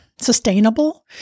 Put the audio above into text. sustainable